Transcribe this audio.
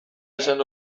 esan